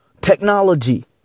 technology